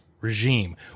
regime